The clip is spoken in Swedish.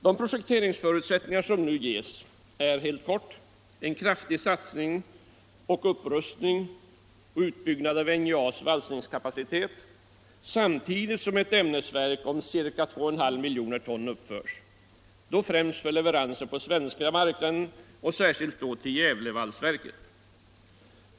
De projekteringsförutsättningar som nu ges är helt kort en kraftig satsning på upprustning och utbyggnad av NJA:s valsningskapacitet samtidigt som ett ämnesverk om ca 2,5 miljoner ton uppförs; främst för leveranser på svenska marknaden, och då särskilt till Gävlevalsverket.